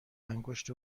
انگشت